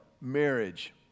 marriage